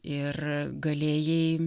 ir galėjai